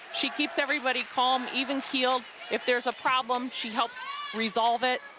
she keeps everybody calm, even keeled if there's a problem, she helps resolve it